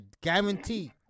guarantee